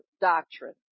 doctrine